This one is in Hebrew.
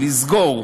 לסגור,